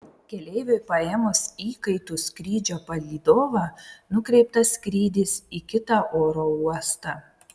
keleiviui paėmus įkaitu skrydžio palydovą nukreiptas skrydis į kitą oro uostą